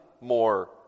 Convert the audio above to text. more